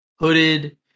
hooded